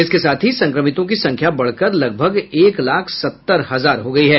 इसके साथ ही संक्रमितों की संख्या बढ़कर लगभग एक लाख सत्तर हजार हो गयी है